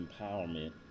empowerment